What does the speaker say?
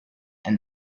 and